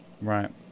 Right